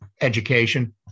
Education